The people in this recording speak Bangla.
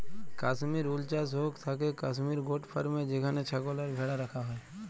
কাশ্মির উল চাস হৌক থাকেক কাশ্মির গোট ফার্মে যেখানে ছাগল আর ভ্যাড়া রাখা হয়